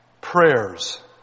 prayers